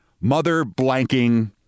mother-blanking